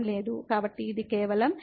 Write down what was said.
కాబట్టి ఇది కేవలం e x